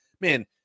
man